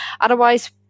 Otherwise